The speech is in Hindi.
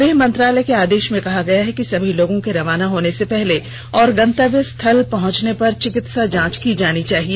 गृह मंत्रालय के आदेश में कहा गया है कि सभी लोगों के रवाना होने से पहले और गतव्य स्थल पहुंचने पर चिकित्सा जांच की जानी चाहिए